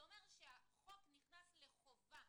זה אומר שהחוק נכנס לחובה